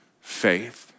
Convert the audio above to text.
faith